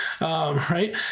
right